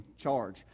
charge